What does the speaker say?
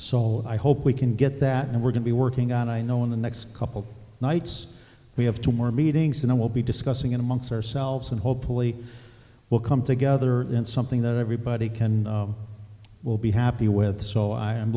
so i hope we can get that and we're going to be working on i know in the next couple nights we have two more meetings and i will be discussing it amongst ourselves and hopefully we'll come together and something that everybody can will be happy with so i am